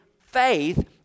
faith